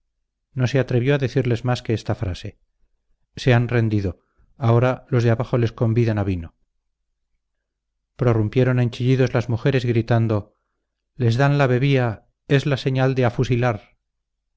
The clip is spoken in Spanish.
no se atrevió a decirles más que esta frase se han rendido ahora los de abajo les convidan a vino prorrumpieron en chillidos las mujeres gritando les dan la bebía es la señal de afusilar